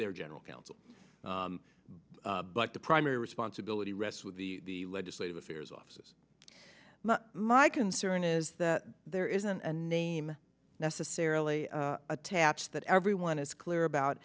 their general counsel but the primary responsibility rests with the legislative affairs office my concern is that there isn't a name necessarily attached that everyone is clear about